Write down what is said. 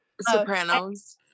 Sopranos